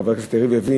חבר הכנסת יריב לוין,